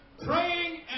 praying